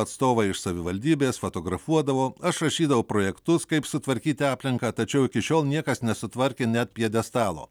atstovai iš savivaldybės fotografuodavo aš rašydavau projektus kaip sutvarkyti aplinką tačiau iki šiol niekas nesutvarkė net pjedestalo